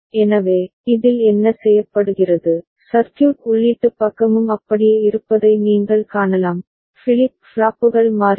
எனவே இதில் என்ன செய்யப்படுகிறது சர்க்யூட் உள்ளீட்டுப் பக்கமும் அப்படியே இருப்பதை நீங்கள் காணலாம் ஃபிளிப் ஃப்ளாப்புகள் மாறிவிடும்